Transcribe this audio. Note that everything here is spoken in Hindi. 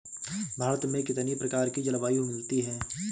भारत में कितनी प्रकार की जलवायु मिलती है?